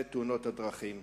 והיא תאונות הדרכים.